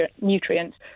nutrients